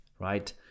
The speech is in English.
right